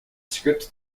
script